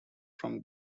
from